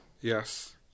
Yes